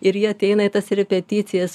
ir jie ateina į tas repeticijas